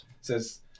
says